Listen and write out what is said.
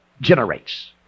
generates